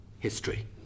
history